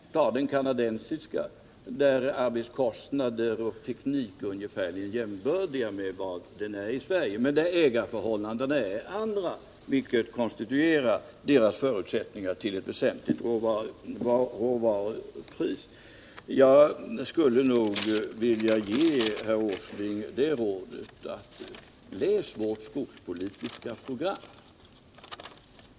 Jämför med den kanadensiska, där arbetskostnader och teknik är ungefär desamma som hos oss, men där ägarförhållandena är andra, vilket konstituerar förutsättningarna för ett helt annat råvarupris. Jag vill ge herr Åsling ett råd: Läs vårt skogspolitiska program!